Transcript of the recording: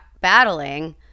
battling